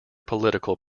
political